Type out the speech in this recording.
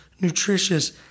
nutritious